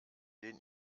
denen